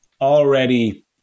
already